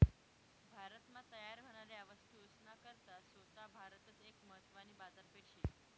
भारत मा तयार व्हनाऱ्या वस्तूस ना करता सोता भारतच एक महत्वानी बाजारपेठ शे